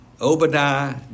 Obadiah